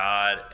God